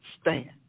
stand